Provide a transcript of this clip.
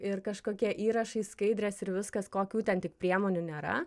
ir kažkokie įrašai skaidrės ir viskas kokių ten tik priemonių nėra